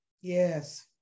Yes